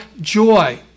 Joy